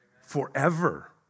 forever